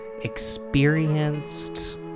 experienced